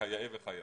כיאה וכיאות.